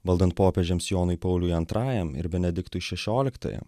valdant popiežiams jonui pauliui antrajam ir benediktui šešioliktajam